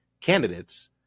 candidates